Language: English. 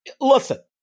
listen